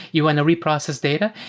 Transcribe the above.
you want to reprocess data.